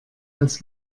als